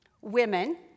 Women